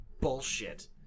bullshit